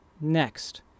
Next